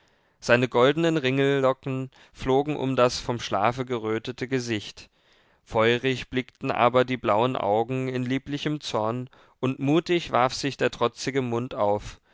seine goldenen ringellocken flogen um das vom schlafe gerötete gesicht feurig blickten aber die blauen augen in lieblichem zorn und mutig warf sich der trotzige mund auf